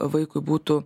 vaikui būtų